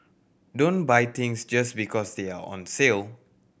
don't buy things just because they are on sale